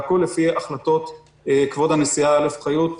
והכול לפי החלטות של כבוד הנשיאה אסתר חיות,